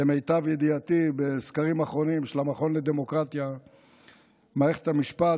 למיטב ידיעתי בסקרים האחרונים של המכון לדמוקרטיה מערכת המשפט,